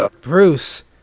Bruce